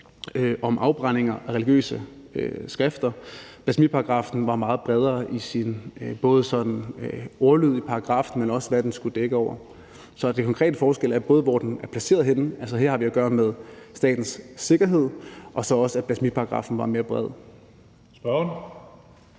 om afbrændinger af religiøse skrifter. Blasfemiparagraffen var meget bredere, både i ordlyden i paragraffen, men også i forhold til hvad den skulle dække. Så den konkrete forskel er både, hvor den er placeret henne, altså, her har vi at gøre med statens sikkerhed, og så at blasfemiparagraffen var mere bred. Kl.